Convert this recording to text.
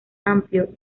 amplio